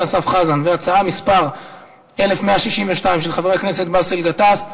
אסף חזן והצעה מס' 1162 של חבר הכנסת באסל גטאס,